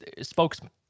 spokesman